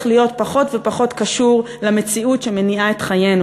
להיות פחות ופחות קשור למציאות שמניעה את חיינו,